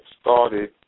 started